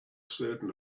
certain